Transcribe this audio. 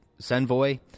Senvoy